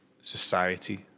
society